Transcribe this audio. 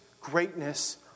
greatness